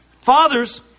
fathers